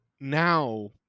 Now